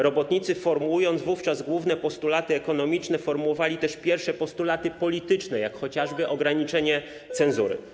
Robotnicy, formułując wówczas główne postulaty ekonomiczne, formułowali też pierwsze postulaty polityczne, chociażby dotyczące ograniczenia cenzury.